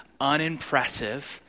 unimpressive